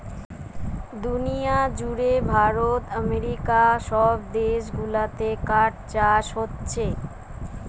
দুনিয়া জুড়ে ভারত আমেরিকা সব দেশ গুলাতে কাঠ চাষ হোচ্ছে